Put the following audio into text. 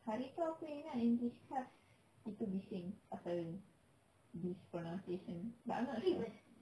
hari tu aku ingat english class bising pasal this pronounciation but I'm not sure